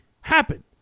happen